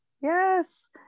Yes